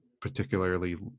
particularly